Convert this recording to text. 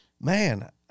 Man